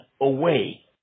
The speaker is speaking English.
away